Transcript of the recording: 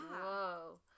whoa